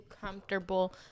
comfortable